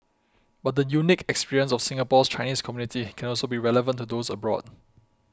but the unique experience of Singapore's Chinese community can also be relevant to those abroad